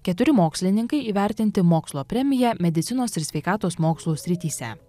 keturi mokslininkai įvertinti mokslo premija medicinos ir sveikatos mokslų srityse